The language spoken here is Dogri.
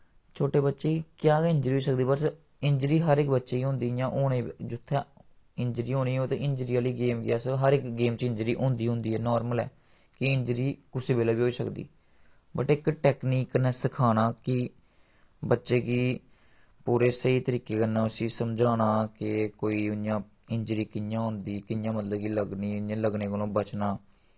छोटे बच्चे गी क्या गै इंजरी होई सकदी बस इंजरी हर इक बच्चे गी होंदी इ'यां होने जुत्थै इंजरी होनी होऐ ते इंजरी आह्ली गेम गी हर इस इक गेम च इंजरी होंदी होंदी ऐ नार्मल ऐ के इंजरी कुसै बेल्लै बी होई सकदी बट इक टैकनीक कन्नै सखाना कि बच्चे गी पूरे स्हेई तरीके कन्नै उस्सी समझाना के कोई उ'आं इंजरी कि'यां होंदी कि'यां मतलब कि लग्गनी इ'यां लग्गने कोला बचना